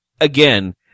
again